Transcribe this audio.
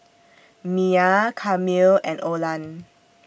Myah Camille and Olan